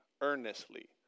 earnestly